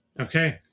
Okay